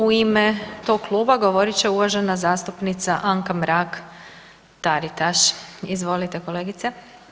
U ime tog kluba govorit će uvažena zastupnica Anka Mrak-Taritaš, izvolite kolegice.